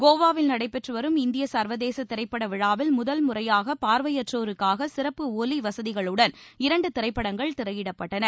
கோவாவில் நடைபெற்றுவரும் இந்திய சர்வதேச திரைப்பட விழாவில் முதல் முறையாக பார்வையற்றோருக்காக சிறப்பு ஒலி வசதிகளுடன் இரண்டு திரைப்படங்கள் திரையிடப்பட்டன